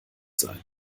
sein